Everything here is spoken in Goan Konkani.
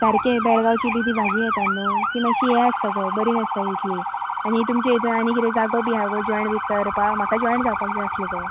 सारकें बेळगांवची बी ती भाजी येता न्हय ती माश्शी हे आसता गो बरी नासता तितली आनी तुमचे हातून आनी किदें जागो बी आसा गो जॉयन बी करपाक म्हाका जॉयन जावपाक जाय आसलें गो